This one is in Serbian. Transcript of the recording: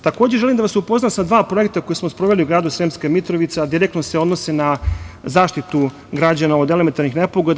Takođe, želim da vas upoznam sa dva projekta koja smo sproveli u gradu Sremska Mitrovica, a direktno se odnose na zaštitu građana od elementarnih nepogoda.